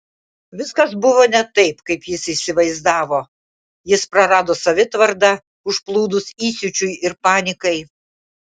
viskas buvo ne taip kaip jis įsivaizdavo jis prarado savitvardą užplūdus įsiūčiui ir panikai